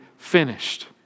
finished